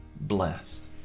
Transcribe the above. blessed